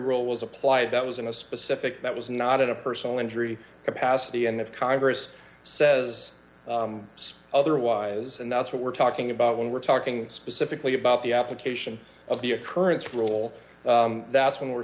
rule was applied that was in a specific that was not in a personal injury capacity and if congress says otherwise and that's what we're talking about when we're talking specifically about the application of the occurence rule that's when we're